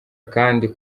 kandi